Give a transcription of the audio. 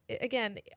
again